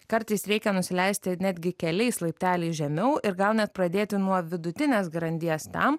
kartais reikia nusileisti netgi keliais laipteliais žemiau ir gal net pradėti nuo vidutinės grandies tam